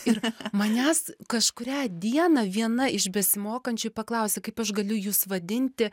ir manęs kažkurią dieną viena iš besimokančių paklausė kaip aš galiu jus vadinti